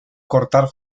cortar